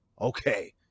okay